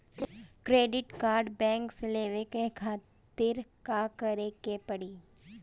Credit card bank से लेवे कहवा खातिर का करे के पड़ी?